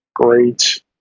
great